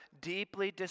deeply